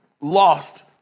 lost